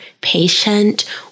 patient